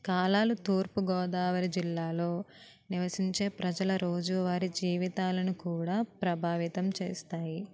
కాలాలు తూర్పుగోదావరి జిల్లాలో నివసించే ప్రజల రోజు వారి జీవితాలను కూడా ప్రభావితం చేస్తాయి